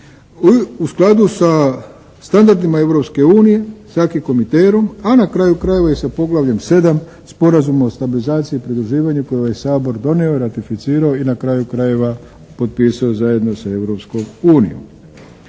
u skladu sa standardima Europske unije s acquis communautaireom a na kraju krajeva i sa poglavljem sedam Sporazuma o stabilizaciji i pridruživanju koji je ovaj Sabor donio, ratificirao i na kraju krajeva potpisao zajedno sa